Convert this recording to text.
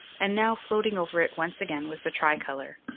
and now floating over it once again was the tricolor.